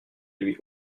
lui